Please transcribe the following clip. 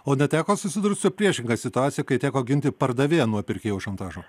o neteko susidurt su priešinga situacija kai teko ginti pardavėją nuo pirkėjo šantažo